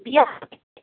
बिआह